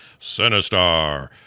sinistar